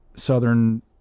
southern